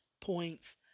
points